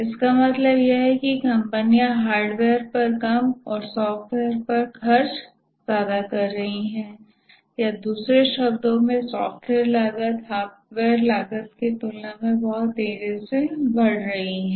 इसका मतलब यह है कि कंपनियां हार्डवेयर पर कम और सॉफ़्टवेयर पर खर्च कर रही हैं या दूसरे शब्दों में सॉफ़्टवेयर लागत हार्डवेयर लागत की तुलना में बहुत तेज़ी से बढ़ रही हैं